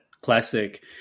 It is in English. classic